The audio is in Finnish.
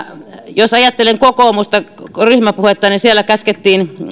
jos ajattelen kokoomuksen ryhmäpuhetta niin siellä käskettiin